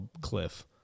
cliff